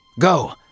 Go